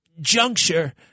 juncture